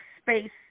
space